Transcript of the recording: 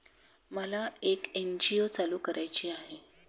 मला एक एन.जी.ओ चालू करायची आहे